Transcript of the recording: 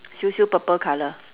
siu siu purple colour